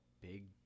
Big